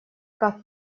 как